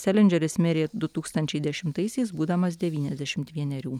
selindžeris mirė du tūkstančiai dešimtaisiais būdamas devyniasdešimt vienerių